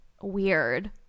weird